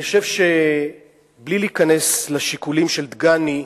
אני חושב, בלי להיכנס לשיקולים של דגני,